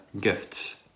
gifts